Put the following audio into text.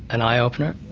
an eye-opener.